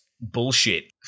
bullshit